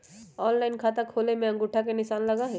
Online खाता खोले में अंगूठा के निशान लगहई?